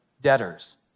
debtors